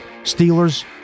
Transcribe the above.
steelers